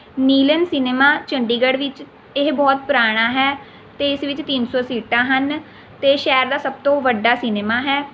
Neelam cinema Chandigarh ਵਿੱਚ ਇਹ ਬਹੁਤ ਪੁਰਾਣਾ ਹੈ ਅਤੇ ਇਸ ਵਿੱਚ ਤਿੰਨ ਸੌ ਸੀਟਾਂ ਹਨ ਅਤੇ ਸ਼ਹਿਰ ਦਾ ਸਭ ਤੋਂ ਵੱਡਾ ਸਿਨੇਮਾ ਹੈ